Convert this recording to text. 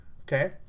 Okay